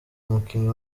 umukinnyi